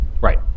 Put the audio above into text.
Right